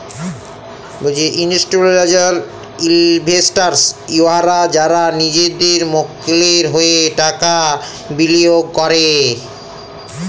institutional investors উয়ারা যারা লিজেদের মক্কেলের হঁয়ে টাকা বিলিয়গ ক্যরে